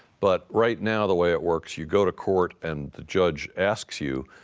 but right now the way it works, you go to court and the judge asks you.